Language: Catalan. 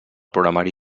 programari